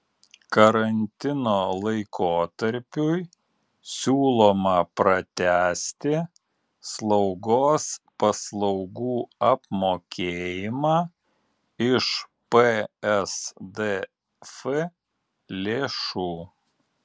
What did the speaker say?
karantino laikotarpiui siūloma pratęsti slaugos paslaugų apmokėjimą iš psdf lėšų